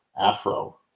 afro